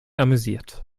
amüsiert